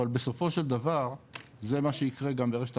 אבל בסופו של דבר זה מה שיקרה גם ברשת החלוקה.